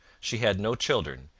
she had no children,